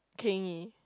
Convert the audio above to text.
Keng-Yi